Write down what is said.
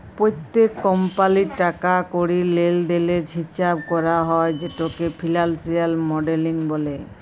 প্যত্তেক কমপালির টাকা কড়ির লেলদেলের হিচাব ক্যরা হ্যয় যেটকে ফিলালসিয়াল মডেলিং ব্যলে